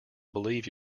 believe